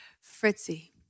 Fritzy